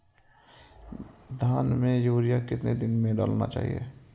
धान में यूरिया कितने दिन में डालना चाहिए?